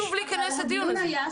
למה צריך שוב להיכנס לדיון הזה?